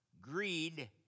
greed